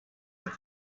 als